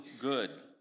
good